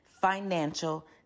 financial